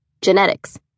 Genetics